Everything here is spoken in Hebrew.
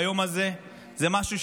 ביום הזה זה משהו,